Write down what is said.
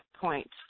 point